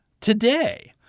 today